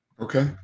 Okay